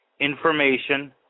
information